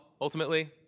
ultimately